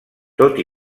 tot